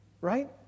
Right